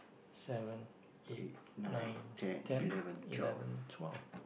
seven eight nine ten eleven twelve